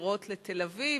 מנתיבות-שדרות לתל-אביב,